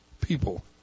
people